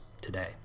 today